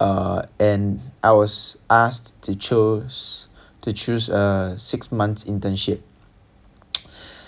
uh and I was asked to chose to choose a six month internship